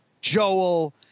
Joel